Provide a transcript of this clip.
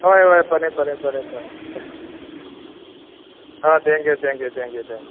ꯍꯣꯏ ꯍꯣꯏ ꯐꯅꯤ ꯐꯅꯤ ꯐꯅꯤ ꯐꯅꯤ ꯑ ꯊꯦꯡꯀ꯭ꯌꯨ ꯊꯦꯡꯀ꯭ꯌꯨ ꯊꯦꯡꯀ꯭ꯌꯨ ꯊꯦꯡꯀ꯭ꯌꯨ